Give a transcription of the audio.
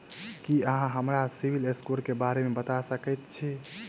की अहाँ हमरा CIBIL score क बारे मे बता सकइत छथि?